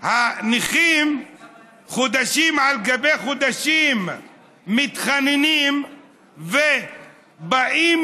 הנכים חודשים על גבי חודשים מתחננים ובאים